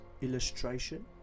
illustration